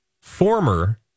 former